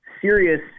serious